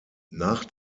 nach